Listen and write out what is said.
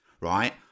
right